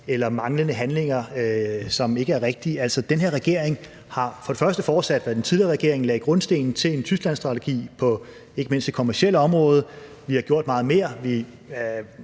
eller manglende handlingskraft, som ikke er rigtige. Den her regering har dels fortsat det, som den tidligere regering lagde grundstenen til, nemlig en Tysklandsstrategi på ikke mindst det kommercielle område, dels gjort meget mere.